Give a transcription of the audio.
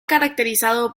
caracterizado